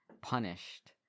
punished